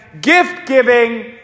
gift-giving